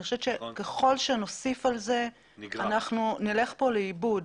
אני חושבת שככל שנוסיף על זה, נלך כאן לאיבוד.